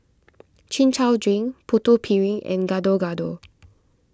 Chin Chow Drink Putu Piring and Gado Gado